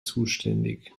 zuständig